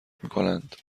میکنند